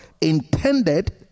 intended